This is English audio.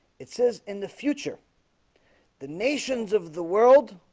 it says in the future the nations of the world